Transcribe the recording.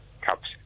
cups